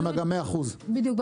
בדיוק,